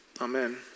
Amen